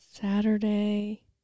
saturday